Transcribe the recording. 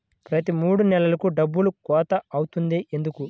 ప్రతి మూడు నెలలకు డబ్బులు కోత అవుతుంది ఎందుకు?